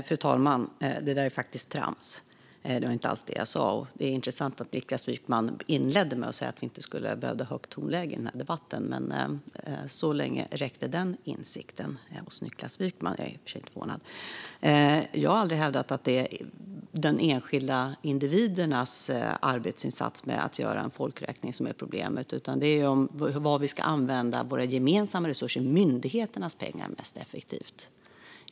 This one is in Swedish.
Fru talman! Det där är faktiskt trams. Det var inte alls det jag sa. Det är intressant att Niklas Wykman inledde med att säga att vi inte behövde ha högt tonläge i den här debatten - så länge räckte den insikten hos Niklas Wykman. Jag är i och för sig inte förvånad. Jag har aldrig hävdat att det är de enskilda individernas arbetsinsats med att göra en folkräkning som är problemet. Problemet är hur vi ska använda våra gemensamma resurser, myndigheternas pengar, mest effektivt.